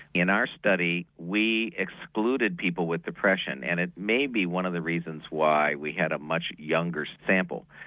in our study we excluded people with depression and it may be one of the reasons why we had a much younger sample.